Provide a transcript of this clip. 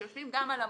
שיושבים גם על המודל,